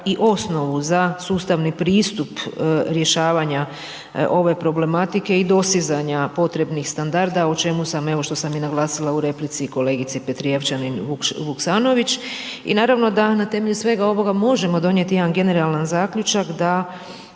i osnovnu za sustavni pristup rješavanja ove problematike i dosizanje potrebnih standarda o čemu sam evo, o čemu sam, evo što sam i naglasila u replici kolegici Petrijevčanin Vuksanović i naravno da na temelju svega ovoga možemo donijeti jedan generalan zaključak, da